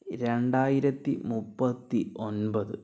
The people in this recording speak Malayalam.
രണ്ടായിരത്തി മുപ്പത്തി ഒമ്പത്